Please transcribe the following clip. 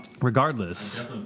Regardless